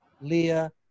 Leah